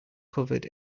covered